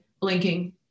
blinking